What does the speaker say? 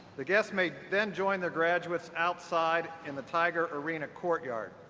the guests may then join the graduates outside in the tiger arena courtyard,